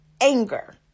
anger